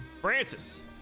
Francis